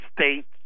States